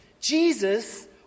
Jesus